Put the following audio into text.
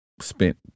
spent